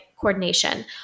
coordination